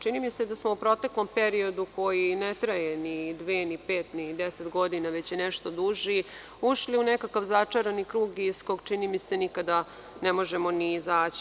Čini mi se da smo u proteklom periodu, koji ne traje ni dve ni pet ni deset godina, već nešto duži, ušli u nekakav začarani krug iz kog, čini mi se, nikada ne možemo ni izaći.